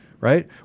right